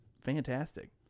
fantastic